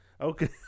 Okay